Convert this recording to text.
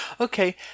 Okay